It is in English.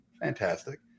Fantastic